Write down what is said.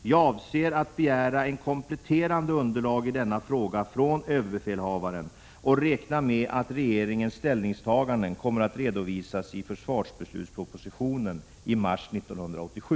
Jag avser att begära ett kompletterande underlag i denna fråga från överbefälhavaren och räknar med att regeringens ställningstaganden kommer att redovisas i försvarsbeslutspropositionen i mars 1987.